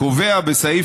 קובע בסעיף